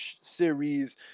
Series